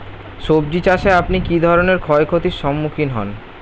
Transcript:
সবজী চাষে আপনি কী ধরনের ক্ষয়ক্ষতির সম্মুক্ষীণ হন?